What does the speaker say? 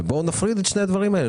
בואו נפריד בין שני הדברים האלה,